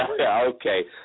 Okay